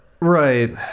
Right